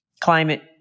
Climate